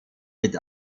mit